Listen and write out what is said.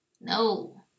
no